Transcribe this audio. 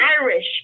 Irish